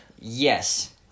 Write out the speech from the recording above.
Yes